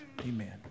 Amen